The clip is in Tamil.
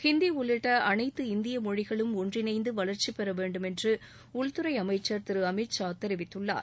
ஹிந்தி உள்ளிட்ட அனைத்து இந்திய மொழிகளும் ஒன்றிணைந்து வளர்ச்சி பெறவேண்டும் என்று உள்துறை அமைச்சர் திரு அமித்ஷா தெரிவித்துள்ளார்